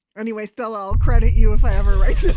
anyways, stella, i'll credit you if i ever write